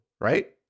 right